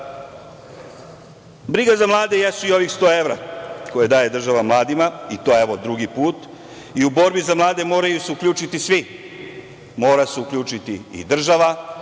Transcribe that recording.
sela. Briga za mlade jesu i ovih 100 evra, koje država daje mladima i to po drugi put. U borbi za mlade moraju se uključiti svi. Mora se uključiti i država,